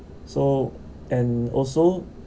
so and also